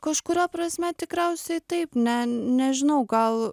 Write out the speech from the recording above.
kažkuria prasme tikriausiai taip ne nežinau gal